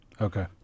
Okay